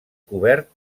cobert